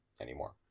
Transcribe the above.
anymore